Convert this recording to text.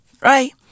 right